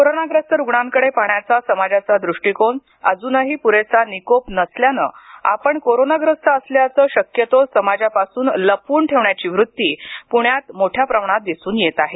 कोरोनाग्रस्त रुग्णाकडे पाहण्याचा समाजाचा दृष्टिकोन अजूनही पुरेसा निकोप नसल्यानं आपण कोरोनाग्रस्त असल्याचं शक्यतो समाजापासून लपवून ठेवण्याची वृत्ती पुण्यात मोठ्या प्रमाणावर दिसून येत आहे